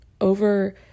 over